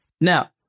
Now